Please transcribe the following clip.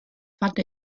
fand